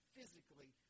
physically